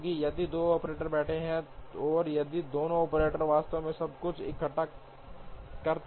यदि 2 ऑपरेटर बैठते हैं और यदि दोनों ऑपरेटर वास्तव में सब कुछ इकट्ठा करते हैं